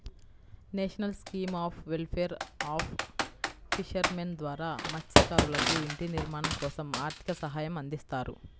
national scheme of welfare of fishermen ద్వారా మత్స్యకారులకు ఇంటి నిర్మాణం కోసం ఆర్థిక సహాయం అందిస్తారు